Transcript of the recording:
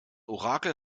orakel